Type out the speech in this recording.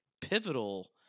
pivotal